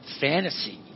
fantasy